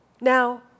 Now